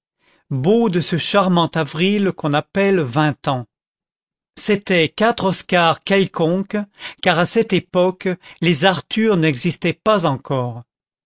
beaux de ce charmant avril qu'on appelle vingt ans c'étaient quatre oscars quelconques car à cette époque les arthurs n'existaient pas encore